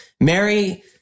Mary